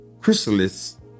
chrysalis